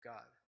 God